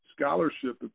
scholarship